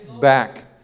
back